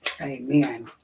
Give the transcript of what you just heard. amen